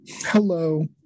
Hello